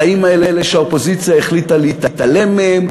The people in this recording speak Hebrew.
החיים האלה שהאופוזיציה החליטה להתעלם מהם,